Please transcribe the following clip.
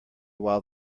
while